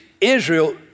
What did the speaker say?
Israel